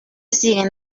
siguen